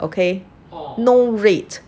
okay no red